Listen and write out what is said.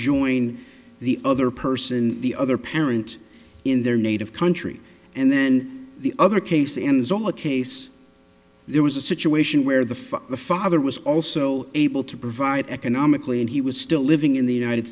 join the other person the other parent in their native country and then the other case ends on a case there was a situation where the for the father was also able to provide economically and he was still living in the united